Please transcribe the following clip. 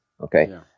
Okay